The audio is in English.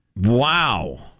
Wow